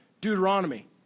Deuteronomy